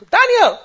Daniel